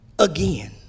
Again